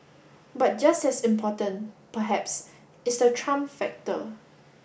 but just as important perhaps is the Trump factor